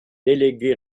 délégué